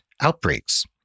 outbreaks